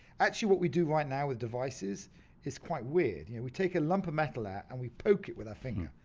actually what we do right now with devices is quite weird. yeah we take a lump of metal out and we poke it with our finger.